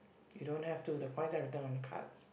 you don't have to the points are written on the cards